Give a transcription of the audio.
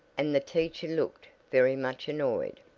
and the teacher looked very much annoyed.